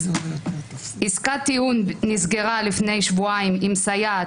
עסקת טיעון נסגרה לפני שבועיים עם סייעת